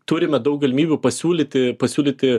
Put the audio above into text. turime daug galimybių pasiūlyti pasiūlyti